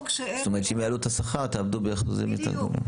זאת אומרת שאם יעלו את השכר אז תעבדו באחוזים יותר גבוהים.